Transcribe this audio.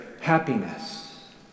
happiness